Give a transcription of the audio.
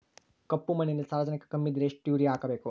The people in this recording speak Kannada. ಕಪ್ಪು ಮಣ್ಣಿನಲ್ಲಿ ಸಾರಜನಕ ಕಮ್ಮಿ ಇದ್ದರೆ ಎಷ್ಟು ಯೂರಿಯಾ ಹಾಕಬೇಕು?